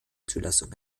zulassung